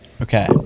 okay